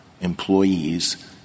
employees